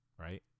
Right